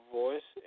voice